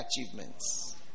achievements